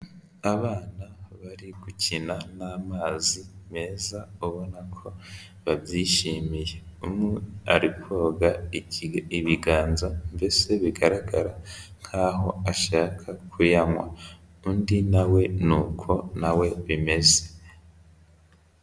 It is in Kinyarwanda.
Abana bari gukina n'amazi meza ubona ko babyishimiye, umwe ari koga ibiganza mbese bigaragara nkaho ashaka kuyanywa, undi na we ni uko na we bimeze.